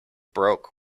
broke